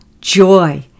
joy